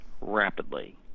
rapidly